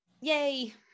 Yay